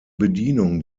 bedienung